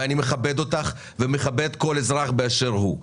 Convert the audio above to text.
ואני מכבד אותך ומכבד כל אזרח באשר הוא,